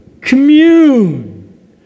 commune